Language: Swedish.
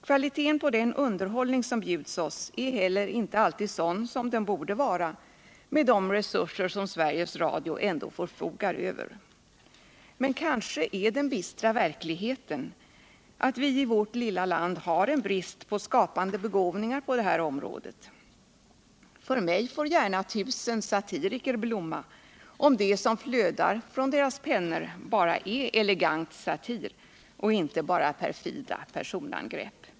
Kvaliteten på den underhållning som bjuds oss är heller inte alltid sådan som den borde vara med de resurser som Sveriges Radio ändå förfogar över. Men kanske är den bistra verkligheten att vi i vårt lilla land har en brist på skapande begåvningar på det här området. För mig får gärna tusen satiriker blomma, om bara det som flödar från deras pennor är elegant satir och inte bara perfida personangrepp.